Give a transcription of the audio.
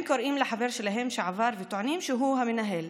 הם קוראים לחבר שלהם שעבר וטוענים שהוא המנהל.